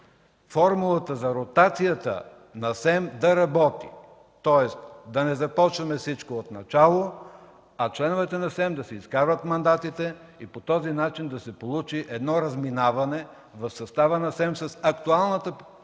формулата за ротацията на СЕМ да работи, тоест да не започваме всичко отначало, а членовете на СЕМ да си изкарат мандатите и по този начин да се получи разминаване в състава на СЕМ с актуалната политическа